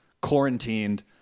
quarantined